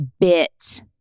bit